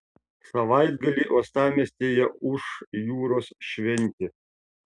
savaitgalį uostamiestyje ūš jūros šventė